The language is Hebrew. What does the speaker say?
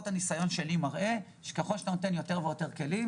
ניתן להכריז סכסוך לא בכל נושא ולא על כל דבר